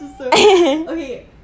okay